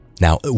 Now